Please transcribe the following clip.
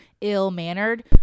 ill-mannered